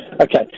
Okay